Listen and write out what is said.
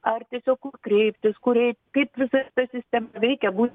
ar tiesiog kur kreiptis kur eit kaip visa ta sistema veikia bus